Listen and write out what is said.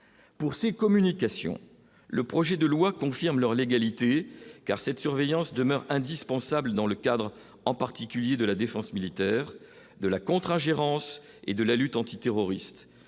pour ses communications, le projet de loi confirment leur légalité car cette surveillance demeure indispensable dans le cadre en particulier de la défense militaire de la contrat gérance et de la lutte antiterroriste,